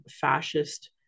fascist